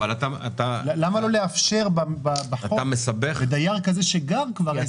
למה לא לאפשר בחוק לדייר כזה שגר כבר,